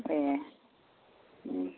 ए उम